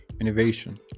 innovation